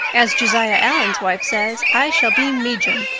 as josiah allen's wife says, i shall be mejum.